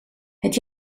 het